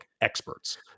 experts